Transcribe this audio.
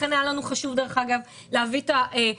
לכן היה לנו חשוב להביא את ההבנות,